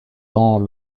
dans